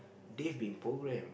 this been program